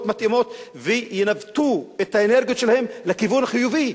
מתאימות והם ינווטו את האנרגיות שלהם לכיוון חיובי,